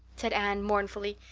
said anne mournfully,